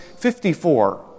54